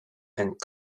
and